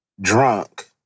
drunk